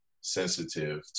sensitive